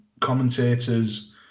commentators